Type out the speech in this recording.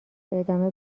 ادامه